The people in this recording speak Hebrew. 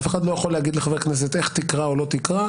אף אחד לא יכול להגיד לחבר כנסת איך תקרא או לא תקרא.